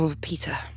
Peter